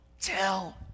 tell